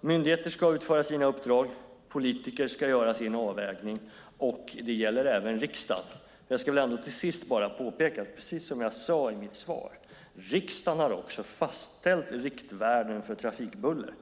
Myndigheter ska utföra sina uppdrag. Politiker ska göra sina avvägningar. Det gäller även riksdagen. Avslutningsvis skulle jag vilja påpeka att precis som jag sade har riksdagen fastställt riktvärden för trafikbuller.